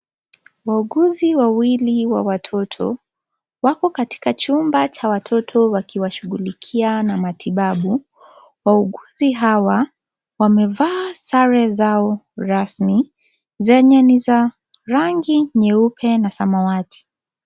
Wauuguzi wawili wa watoto, wako katika chumba cha watoto wakiwashughulikia na matibabu wauuguzi Hawa wamevaa sare zao rasmi zenye ni za rangi nyeupe na samawati.